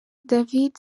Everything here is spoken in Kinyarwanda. david